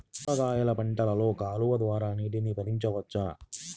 కూరగాయలు పంటలలో కాలువలు ద్వారా నీటిని పరించవచ్చా?